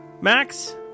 Max